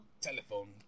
Telephone